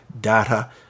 data